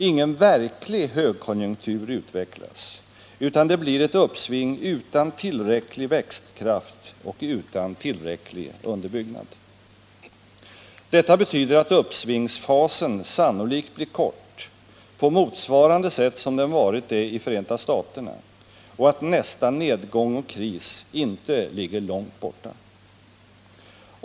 Ingen verklig högkonjunktur utvecklas, utan det blir ett uppsving utan tillräcklig växtkraft och utan tillräcklig underbyggnad. Detta betyder att uppsvingsfasen sannolikt blir kort, på motsvarande sätt som den varit det i Förenta staterna, och att nästa nedgång och kris inte ligger långt borta.